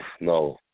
No